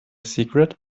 secret